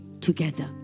together